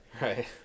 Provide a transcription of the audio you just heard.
Right